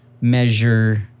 measure